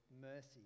mercy